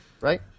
Right